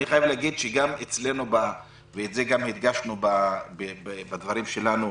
אני חייב להגיד, וגם הדגשנו בדברים שלנו